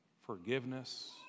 forgiveness